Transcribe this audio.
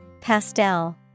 Pastel